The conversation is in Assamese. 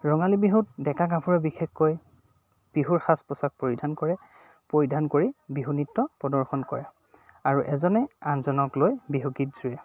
ৰঙালী বিহুত ডেকা গাভৰুৱে বিশেষকৈ বিহুৰ সাজ পোছাক পৰিধান কৰে পৰিধান কৰি বিহু নৃত্য প্ৰদৰ্শন কৰে আৰু এজনে আনজনক লৈ বিহু গীত জুৰে